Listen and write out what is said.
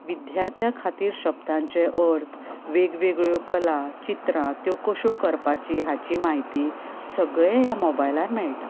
विद्यार्थ्यां खातीर शब्दांचे अर्थ वेगवेगळ्यो कला चित्रां त्यो कश्यो करपाची हाची म्हायती सगळें ह्या मोबायलान मेळटा